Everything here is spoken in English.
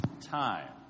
time